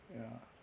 ya